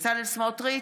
בצלאל סמוטריץ'